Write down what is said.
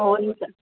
हो नि त